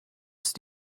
ist